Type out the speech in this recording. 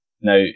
Now